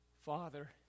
Father